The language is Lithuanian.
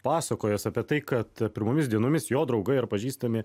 pasakojęs apie tai kad pirmomis dienomis jo draugai ar pažįstami